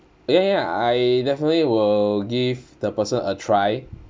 ya ya ya I definitely will give the person a try